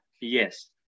Yes